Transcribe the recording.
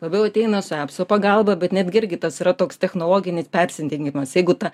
labiau ateina su apsų pagalba bet netgi irgi tas yra toks technologinis persidengimas jeigu ta